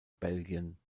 belgien